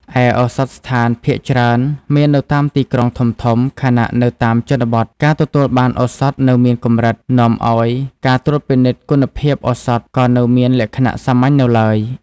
ឯឱសថស្ថានភាគច្រើនមាននៅតាមទីក្រុងធំៗ ខណៈនៅតាមជនបទ ការទទួលបានឱសថនៅមានកម្រិត នាំឱ្យការត្រួតពិនិត្យគុណភាពឱសថក៏នៅមានលក្ខណៈសាមញ្ញនៅឡើយ។